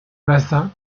bazin